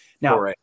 Now